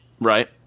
right